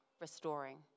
restoring